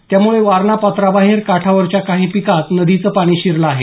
त्यामुळे वारणा पात्राबाहेर काठावरच्या काही पिकात नदीचं पाणी शिरलं आहे